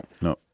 no